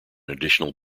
additional